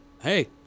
hey